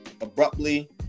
abruptly